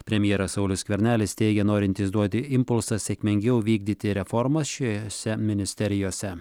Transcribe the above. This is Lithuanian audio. premjeras saulius skvernelis teigia norintis duoti impulsą sėkmingiau vykdyti reformas šiose ministerijose